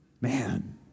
Man